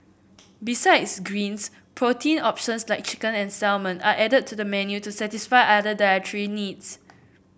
besides greens protein options like chicken and salmon are added to the menu to satisfy other dietary needs